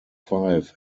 five